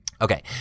Okay